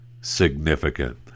significant